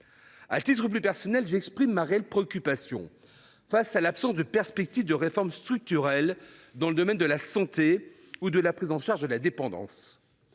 À titre plus personnel, je veux exprimer ma réelle préoccupation face à l’absence de perspective de réforme structurelle dans le domaine de la santé ou de la prise en charge de la dépendance.